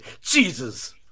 Jesus